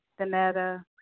Danetta